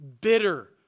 bitter